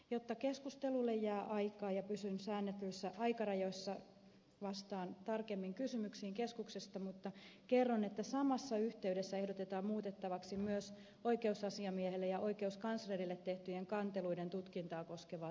jotta keskustelulle jää aikaa ja pysyn säädetyissä aikarajoissa vastaan tarkemmin kysymyksiin keskuksesta mutta kerron että samassa yhteydessä ehdotetaan muutettavaksi myös oikeusasiamiehelle ja oikeuskanslerille tehtyjen kanteluiden tutkintaa koskevaa sääntelyä